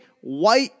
White